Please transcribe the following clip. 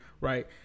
right